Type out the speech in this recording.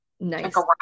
nice